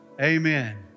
amen